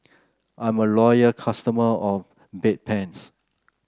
I'm a loyal customer of Bedpans